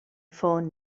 ffôn